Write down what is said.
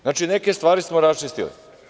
Znači, neke stvari smo raščistili.